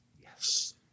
Yes